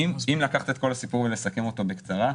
אם לקחת את כל הסיפור ולסכם אותו בקצרה,